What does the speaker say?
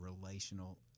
relational